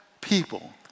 people